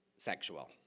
sexual